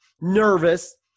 nervous